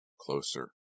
closer